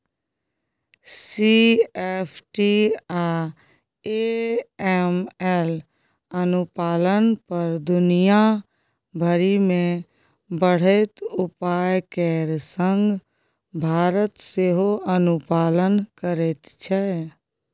CFT आ AML अनुपालन पर दुनिया भरि मे बढ़ैत उपाय केर संग भारत सेहो अनुपालन करैत छै